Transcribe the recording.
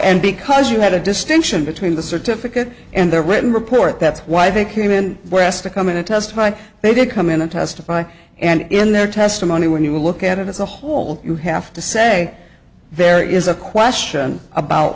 and because you had a distinction between the certificate and the written report that's why they came in west a come in to testify they did come in and testify and in their testimony when you look at it as a whole you have to say there is a question about